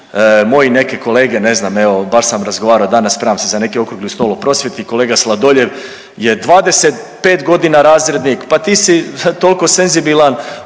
moji neke kolege ne znam evo baš sam danas razgovarao danas spremam se za neki okrugli stol u prosvjeti, kolega Sladoljev je 25 godina razrednik pa ti si toliko senzibilan